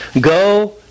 go